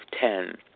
Ten